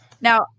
now